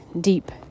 deep